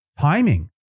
timing